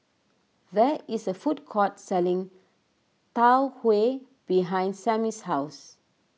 there is a food court selling Tau Huay behind Sammy's house